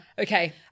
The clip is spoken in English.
Okay